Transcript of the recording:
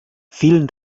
vielen